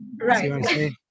Right